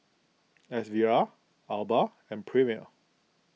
S V R Alba and Premier